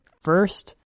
first